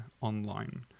online